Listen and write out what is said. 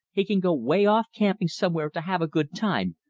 he can go way off camping somewhere to have a good time,